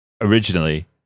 originally